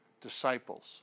disciples